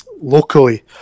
locally